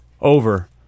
Over